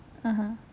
(uh huh)